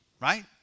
Right